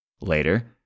Later